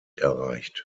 erreicht